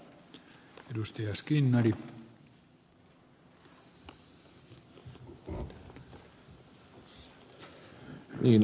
arvoisa puhemies